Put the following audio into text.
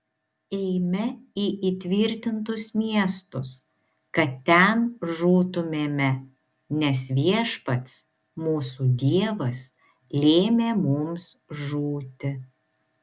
eime į įtvirtintus miestus kad ten žūtumėme nes viešpats mūsų dievas lėmė mums žūti